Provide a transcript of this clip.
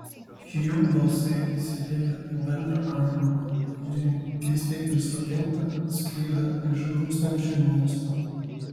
jų balsai įsiliejo į bendrą aimaną kuri keistai prislopinta sklido iš rūkstančio miesto